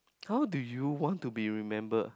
how do you want to be remember